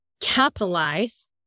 capitalize